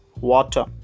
water